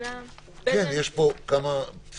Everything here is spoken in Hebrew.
יש לכם תשובה לזה?